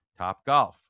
Topgolf